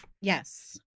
Yes